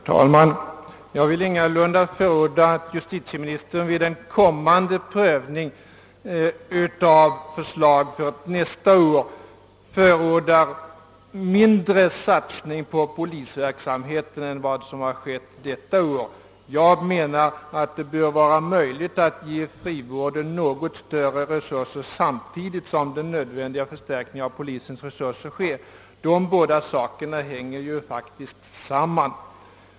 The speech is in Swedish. Herr talman! Jag vill ingalunda rekommendera att justitieministern vid prövning av förslag till ett kommande år förordar en mindre satsning på polisverksamheten än den som har gjorts detta år. Jag menar att det bör vara möjligt att ge frivården något större resurser samtidigt som den nödvändiga förstärkningen av polisen kommer till stånd. De båda sakerna hänger också samman.